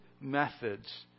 methods